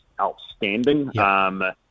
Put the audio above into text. outstanding